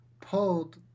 pulled